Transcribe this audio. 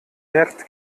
merkt